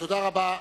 תודה רבה.